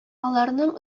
аларның